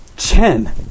Chen